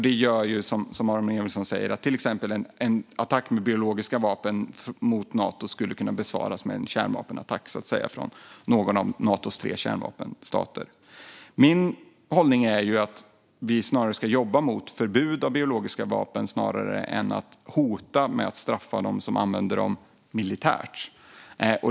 Det gör som Aron Emilsson säger att till exempel en attack med biologiska vapen mot Nato skulle kunna besvaras med en kärnvapenattack från någon av Natos tre kärnvapenstater. Min hållning är att vi ska jobba för ett förbud mot biologiska vapen snarare än att hota med att straffa dem som använder dem militärt.